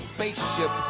Spaceship